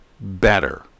better